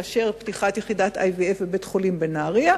לאשר פתיחת יחידת IVF בבית-החולים בנהרייה,